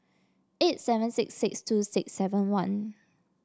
eight seven six six two six seven one